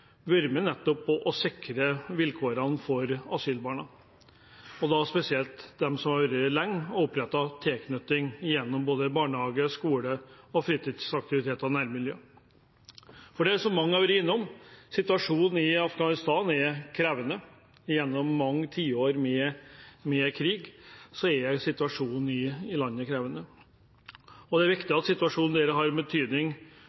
vært nettopp å sikre vilkårene for asylbarna, og da spesielt de som har vært her lenge, og som har opparbeidet tilknytning gjennom barnehage, skole, fritidsaktiviteter og nærmiljø. Som mange har vært innom: Situasjonen i Afghanistan er krevende. Etter mange tiår med krig er situasjonen i landet krevende. Det er riktig at situasjonen der har betydning